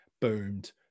boomed